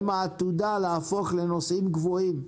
הם העתודה להפוך לנוסעים קבועים,